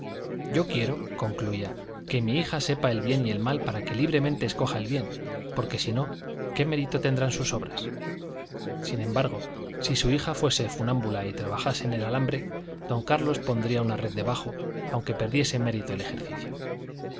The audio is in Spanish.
entendía él yo quiero concluía que mi hija sepa el bien y el mal para que libremente escoja el bien porque si no qué mérito tendrán sus obras sin embargo si su hija fuese funámbula y trabajase en el alambre don carlos pondría una red debajo aunque perdiese mérito el ejercicio